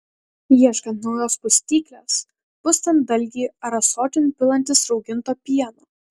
ieškant naujos pustyklės pustant dalgį ar ąsotin pilantis rauginto pieno